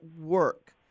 work